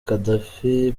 gaddafi